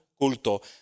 culto